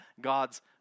God's